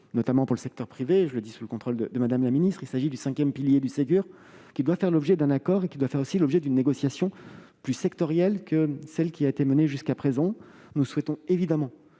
qui est du secteur privé- je le dis sous le contrôle de Mme la ministre -, il s'agit du cinquième pilier du Ségur ; il doit faire l'objet d'un accord, ainsi que d'une négociation plus sectorielle que celle qui a été menée jusqu'à présent. Nous souhaitons évidemment